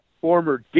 former